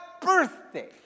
birthday